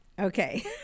Okay